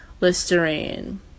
Listerine